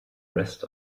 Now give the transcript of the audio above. rest